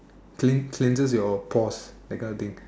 clean cleanser your pores that kind of thing